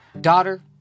daughter